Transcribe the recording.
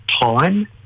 time